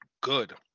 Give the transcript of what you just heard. good